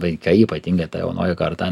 vaikai ypatingai ta jaunoji karta